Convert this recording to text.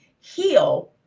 heal